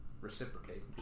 reciprocate